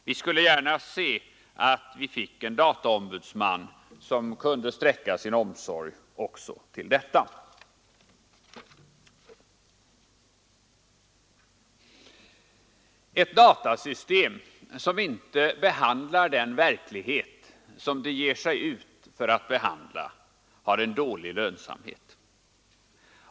Vi skulle gärna se att vi fick en dataombudsman som kunde sträcka sin omsorg också till detta. Ett datasystem som inte behandlar den verklighet som det ger sig ut för att behandla har en dålig lönsamhet.